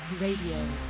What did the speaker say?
radio